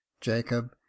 jacob